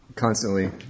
Constantly